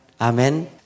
Amen